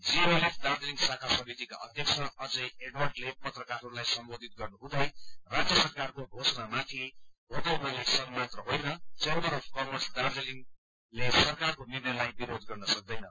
GNLF Darjeeling शाखा समितिका अध्यक्ष अजय एडवर्डले पत्रकारहरूलाई सम्बोधन गर्नुहुँदै राज्य सरकारको घोषणा माथि होटल मालिक संघ मात्र होइन चेम्बर्स अफ् कमर्स दार्जीलिङले सरकारको निर्णयलाई विरोध गर्न सक्दैन